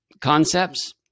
concepts